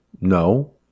No